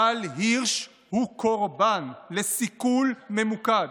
גל הירש הוא קורבן לסיכול ממוקד.